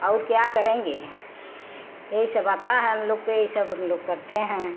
और क्या करेंगे यही सब आता है हम लोग के यही सब हम लोग करते हैं